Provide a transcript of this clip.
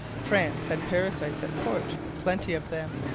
france had parasites at court, plenty of them.